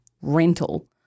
rental